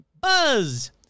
Buzz